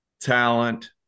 talent